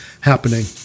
happening